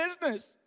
business